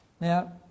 Now